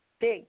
big